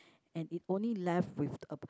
and it only left with